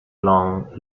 long